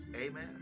amen